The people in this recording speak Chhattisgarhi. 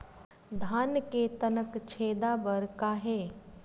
धान के तनक छेदा बर का हे?